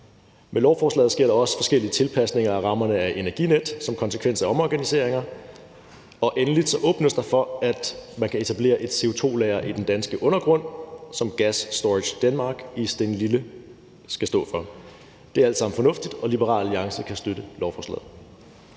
Med lovforslaget sker der også forskellige tilpasninger af rammerne for Energinet som konsekvens af omorganiseringer. Endelig åbnes der for, at man kan etablere et CO2-lager i den danske undergrund, som Gas Storage Denmark i Stenlille skal stå for. Det er alt sammen fornuftigt, og Liberal Alliance kan støtte lovforslaget.